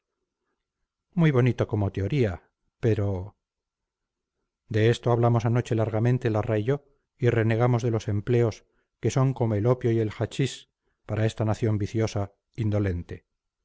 muy bonito como teoría pero de esto hablamos anoche largamente larra y yo y renegamos de los empleos que son como el opio o el hastchís para esta nación viciosa indolente